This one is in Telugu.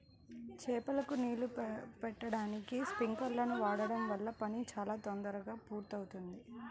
చేలకు నీళ్ళు బెట్టడానికి స్పింకర్లను వాడడం వల్ల పని చాలా తొందరగా పూర్తవుద్ది